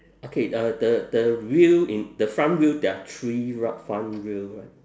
okay uh the the wheel in the front wheel there are three ri~ front wheel right